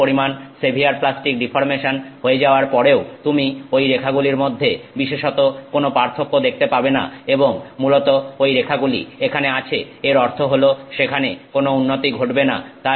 প্রচুর পরিমাণ severe plastic deformation হয়ে যাবার পরেও তুমি ঐ রেখা গুলির মধ্যে বিশেষত কোন পার্থক্য দেখতে পাবেনা এবং মূলত ঐ রেখাগুলি এখানে আছে এর অর্থ হলো সেখানে কোন উন্নতি ঘটবে না